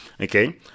Okay